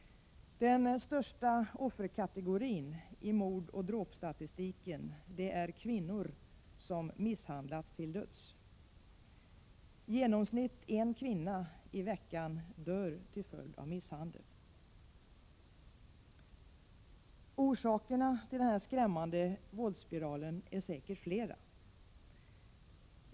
Den största offerkategorin i mordoch dråpstatistiken är kvinnor som misshandlats till döds. I genomsnitt en kvinna i veckan dör till följd av misshandel. Orsakerna till denna skrämmande våldsspiral är säkert flera.